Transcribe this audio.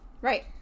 Right